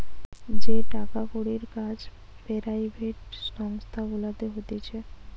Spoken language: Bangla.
যেই টাকার কড়ির কাজ পেরাইভেট সংস্থা গুলাতে হতিছে